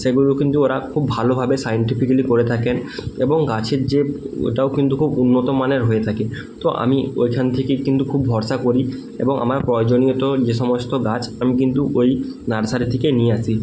সেগুলো কিন্তু ওরা খুব ভালোভাবে সাইন্টিফিকালি করে থাকে এবং গাছের যে ওটাও কিন্তু খুব উন্নত মানের হয়ে থাকে তো আমি ওইখান থেকে কিন্তু খুব ভরসা করি এবং আমার প্রয়োজনীয় যে সমস্ত গাছ আমি কিন্তু ওই নার্সারি থেকেই নিয়ে আসি